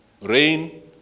Rain